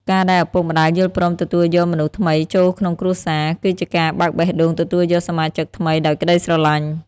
ការដែលឪពុកម្ដាយយល់ព្រមទទួលយកមនុស្សថ្មីចូលក្នុងគ្រួសារ គឺជាការបើកបេះដូងទទួលយកសមាជិកថ្មីដោយក្ដីស្រឡាញ់។